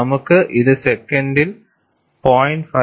നമുക്ക് ഇത് സെക്കൻഡിൽ 0